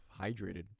hydrated